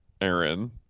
Aaron